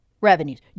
revenues